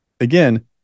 again